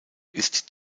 ist